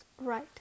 Right